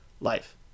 life